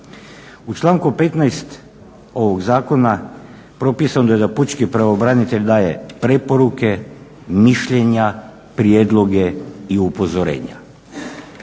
U članku 15. Ovog zakona propisano je da pučki pravobranitelj daje preporuke, mišljenja, prijedloge i upozorenja